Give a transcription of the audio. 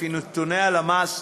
לפי נתוני הלמ"ס,